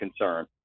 concern